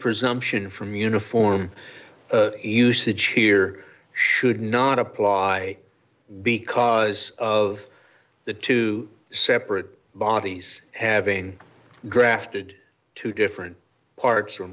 presumption from uniform usage cheer should not apply because of the two separate bodies having grafted to different parts f